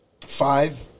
five